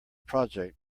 project